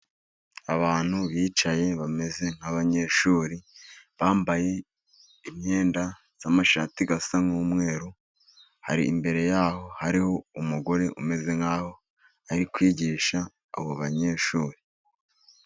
Abantu bicaye bameze nk'abanyeshuri bambaye imyenda y'amashati asa n'umweru, hari imbere y'aho hari umugore umeze nk'aho ari kwigisha abo banyeshuri.